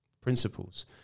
principles